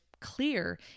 clear